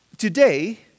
Today